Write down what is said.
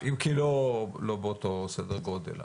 אם כי לא באותו סדר גודל.